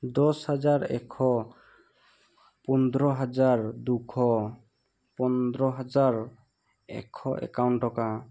দহ হাজাৰ এশ পোন্ধৰ হাজাৰ দুশ পোন্ধৰ হাজাৰ এশ একাৱন্ন টকা